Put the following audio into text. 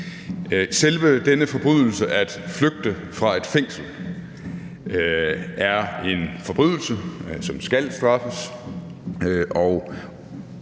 Selve den forbrydelse at flygte fra et fængsel er en forbrydelse, som skal straffes,